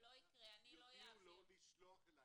יודיעו לו לשלוח אליי.